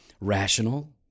Rational